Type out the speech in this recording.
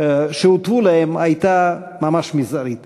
שהותוו להן הייתה ממש מזערית.